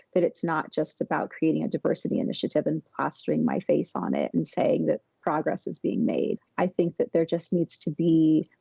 that it's not just about creating a diversity initiative and plastering my face on it and saying that progress is being made. i think that there just needs to be